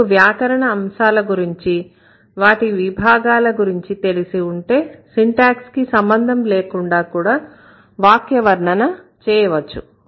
మీకు వ్యాకరణ అంశాల గురించి వాటి విభాగాల గురించి తెలిసి ఉంటే సింటాక్స్ కి సంబంధం లేకుండా కూడా వాక్యవర్ణన చేయవచ్చు